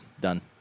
done